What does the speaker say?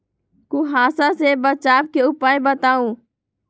कुहासा से बचाव के उपाय बताऊ?